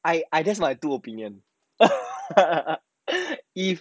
I I that's my two opinion if